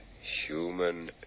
human